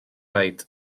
raid